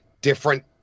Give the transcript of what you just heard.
Different